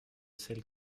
celle